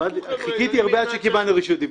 חיכיתי הרבה עד שקיבלתי רשות דיבור.